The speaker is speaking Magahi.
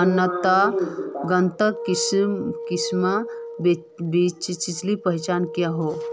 गन्नात किसम बिच्चिर पहचान की होय?